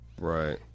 right